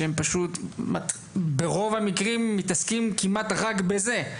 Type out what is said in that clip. שהם פשוט ברוב המקרים מתעסקים כמעט רק בזה.